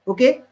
Okay